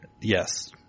Yes